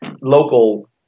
local